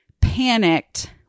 panicked